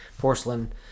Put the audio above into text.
porcelain